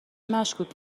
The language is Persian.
مشکوک